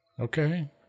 Okay